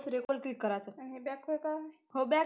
गांजराचं पिके काढासाठी कोनचे यंत्र चांगले हाय?